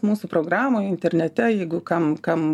mūsų programoj internete jeigu kam kam